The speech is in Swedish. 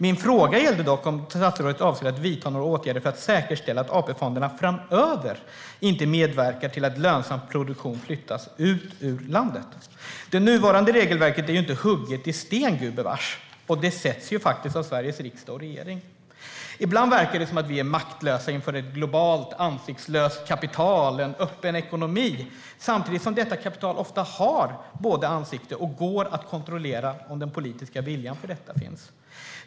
Min fråga gällde dock om statsrådet avser att vidta några åtgärder för att säkerställa att AP-fonderna framöver inte medverkar till att lönsam produktion flyttas ut ur landet. Det nuvarande regelverket är ju inte hugget i sten, gudbevars, och det sätts ju faktiskt av Sveriges riksdag och regering. Ibland verkar det som att vi är maktlösa inför ett globalt ansiktslöst kapital, en öppen ekonomi, samtidigt som detta kapital ofta har både ansikte och går att kontrollera om den politiska viljan för detta finns.